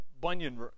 Bunyan